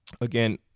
again